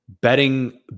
betting